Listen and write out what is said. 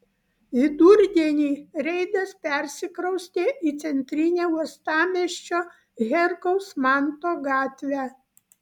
vidurdienį reidas persikraustė į centrinę uostamiesčio herkaus manto gatvę